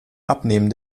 abnehmen